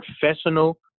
professional